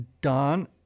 don